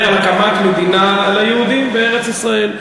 החזון הציוני מדבר על הקמת מדינה ליהודים בארץ-ישראל.